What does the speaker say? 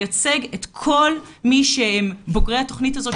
לייצג את כל מי שהם בוגרי התוכנית הזו,